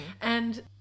and-